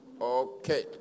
Okay